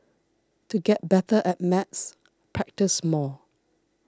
to get better at maths practise more